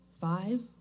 five